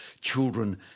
children